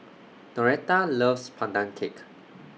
Noreta loves Pandan Cake